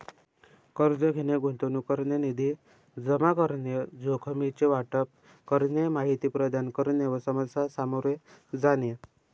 कर्ज घेणे, गुंतवणूक करणे, निधी जमा करणे, जोखमीचे वाटप करणे, माहिती प्रदान करणे व समस्या सामोरे जाणे